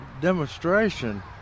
demonstration